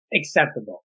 acceptable